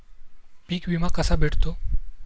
पीक विमा कसा भेटतो?